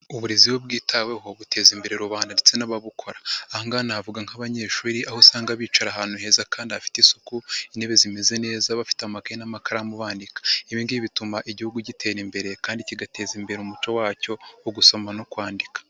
Uburezi iyo bwitaweho buteza imbere rubanda ndetse n'ababukora, aha ngaha nagana havuga nk'abanyeshuri aho usanga bicara ahantu heza kandi hafite isuku, intebe zimeze neza, bafite amagaye n'amakaramu bandika, ibi ngigi bituma Igihugu gitera imbere kandi kigateza imbere umuco wacyo wo gusoma no kwandika.